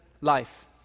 life